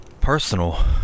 personal